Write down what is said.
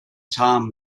time